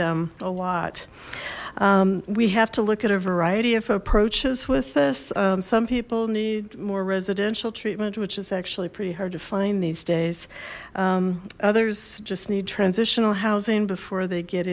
them a lot we have to look at a variety of approaches with this some people need more residential treatment which is actually pretty hard to find these days others just need transitional housing before they get